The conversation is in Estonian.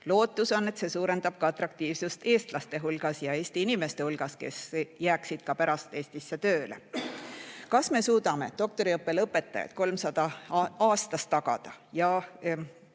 Lootus on, et see suurendab atraktiivsust ka eestlaste hulgas ja teiste Eesti inimeste hulgas, kes jääksid ka pärast Eestisse tööle. Kas me suudame doktoriõppe lõpetajaid 300 aastas tagada ja